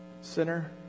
sinner